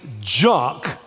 junk